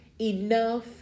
enough